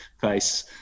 face